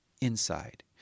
inside